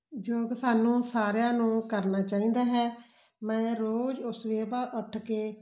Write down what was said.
ਯੋਗ ਸਾਨੂੰ ਸਾਰਿਆਂ ਨੂੰ ਕਰਨਾ ਚਾਹੀਦਾ ਹੈ ਮੈਂ ਰੋਜ਼ ਉਸ ਸਵੇਰਾ ਉੱਠ ਕੇ